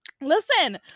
Listen